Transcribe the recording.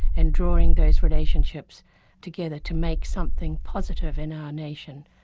and drawing those relationships together to make something positive in our nation,